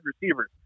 receivers